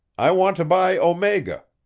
i want to buy omega.